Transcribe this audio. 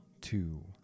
two